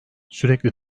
sürekli